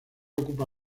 ocupa